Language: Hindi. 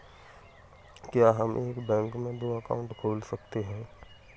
क्या हम एक बैंक में दो अकाउंट खोल सकते हैं?